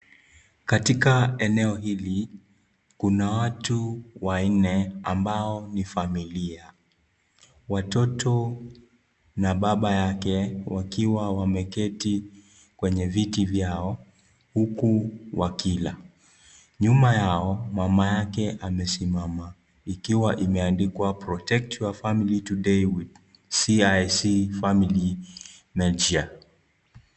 Katika eneo hili, kuna watu wanne ambao ni familia. Watoto na baba yake wakiwa wameketi kwenye viti vyao, huku wakila. Nyuma yao, mama yake amesimama; ikiwa imeandikwa Protect your Family Today with CIC Family Medisure .